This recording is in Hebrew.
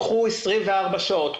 קחו 24 שעות,